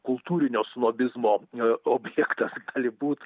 kultūrinio snobizmo e objektas gali būt